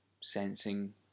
sensing